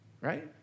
right